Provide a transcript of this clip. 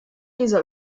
dieser